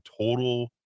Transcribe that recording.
total